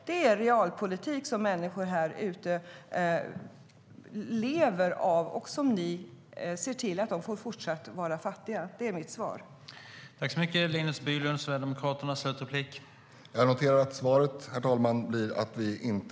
Det är realpolitik som människor här ute lever i, och ni ser till att de fortsatt får vara fattiga. Det är mitt svar.